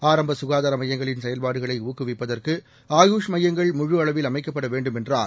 ஆரம்பககாதாரமையங்களின் செயல்பாடுகளைஊக்குவிப்பதற்கு ஆயுஷ் மையங்கள் முழு அளவில் அமைக்கப்படவேண்டும் என்றார்